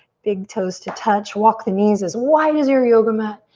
big toes to touch. walk the knees as wide as your yoga mat.